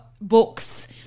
books